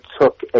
took